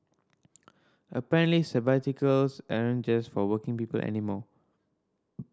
apparently sabbaticals aren't just for working people anymore